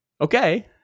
okay